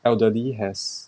elderly has